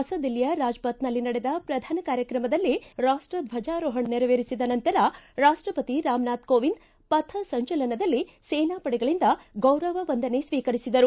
ಹೊಸ ದಿಲ್ಲಿಯ ರಾಜ್ಪಥ್ನಲ್ಲಿ ನಡೆದ ಪ್ರಧಾನ ಕಾರ್ಯಕ್ರಮದಲ್ಲಿ ರಾಷ್ಟ ಧ್ವಜಾರೋಹಣ ನೆರವೇರಿಸಿದ ನಂತರ ರಾಷ್ಷಪತಿ ರಾಮನಾಥ್ ಕೋವಿಂದ್ ಪಥ ಸಂಚಲನದಲ್ಲಿ ಸೇನಾ ಪಡೆಗಳಿಂದ ಗೌರವ ವಂದನೆ ಸ್ವೀಕರಿಸಿದರು